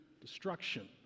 destruction